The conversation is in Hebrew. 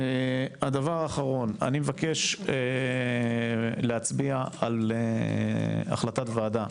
הדבר האחרון, אני מבקש להצביע על החלטת ועדה,